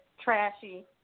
trashy